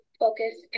focus